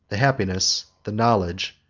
the happiness, the knowledge,